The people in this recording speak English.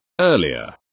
Earlier